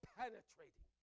penetrating